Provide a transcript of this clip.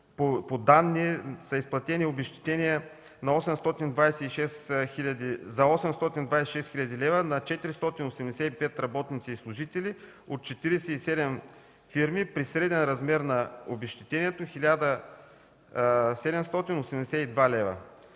по данни са изплатени обезщетения за 826 хил. лв. на 485 работници и служители от 47 фирми при среден размер на обезщетението 1782 лв.